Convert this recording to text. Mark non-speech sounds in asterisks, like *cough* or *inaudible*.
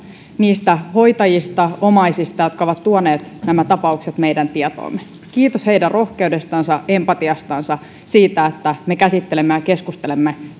niistä hoitajista ja omaisista jotka ovat tuoneet nämä tapaukset meidän tietoomme kiitos heidän rohkeudestansa empatiastansa siitä että me käsittelemme ja keskustelemme *unintelligible*